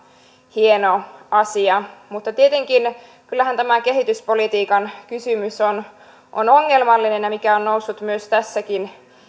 hieno asia mutta tietenkin kyllähän tämä kehityspolitiikan kysymys on on ongelmallinen ja mikä on noussut tässäkin